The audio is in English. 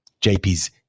JP's